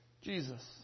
Jesus